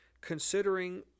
considering